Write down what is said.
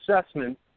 assessment